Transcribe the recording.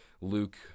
Luke